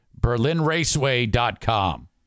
BerlinRaceway.com